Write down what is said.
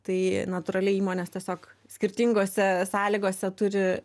tai natūraliai įmonės tiesiog skirtingose sąlygose turi